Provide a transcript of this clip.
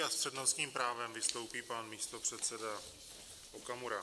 A s přednostním právem vystoupí pan místopředseda Okamura.